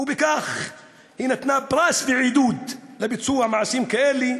בכך היא נתנה פרס ועידוד לביצוע מעשים כאלה,